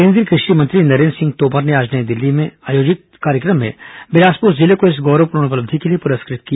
केन्द्रीय कृषि मंत्री नरेन्द्र सिंह तोमर ने आज नई दिल्ली में आयोजित कार्यक्रम में बिलासपुर जिले को इस गौरवपूर्ण उपलब्धि के लिए पुरस्कृत किया